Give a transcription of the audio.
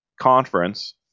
conference